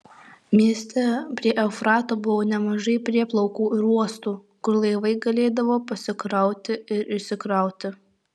mieste prie eufrato buvo nemažai prieplaukų ir uostų kur laivai galėdavo pasikrauti ir išsikrauti